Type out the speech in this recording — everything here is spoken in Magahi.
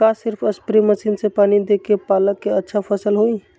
का सिर्फ सप्रे मशीन से पानी देके पालक के अच्छा फसल होई?